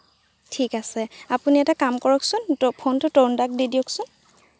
ঠিক আছে আপুনি এটা কাম কৰকচোন ফোনটো তৰুণদাক দি দিয়কচোন